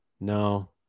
No